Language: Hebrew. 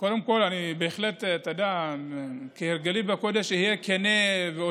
קודם כול, כהרגלי בקודש, אני אהיה כן ואותנטי.